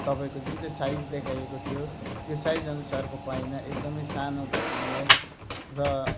तपाईँको जुन चाहिँ साइज देखाइएको थियो त्यो साइज अनुसारको पाइनँ एकदमै सानो भयो मलाई र